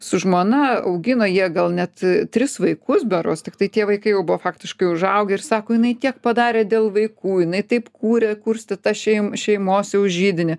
su žmona augino jie gal net tris vaikus berods tiktai tie vaikai jau buvo faktiškai užaugę ir sako jinai tiek padarė dėl vaikų jinai taip kūrė kurstė tą šeim šeimos jau židinį